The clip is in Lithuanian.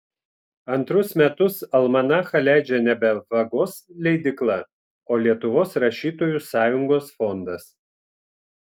antrus metus almanachą leidžia nebe vagos leidykla o lietuvos rašytojų sąjungos fondas